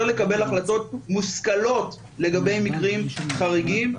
לקבל החלטות מושכלות לגבי מקרים חריגים.